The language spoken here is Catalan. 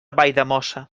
valldemossa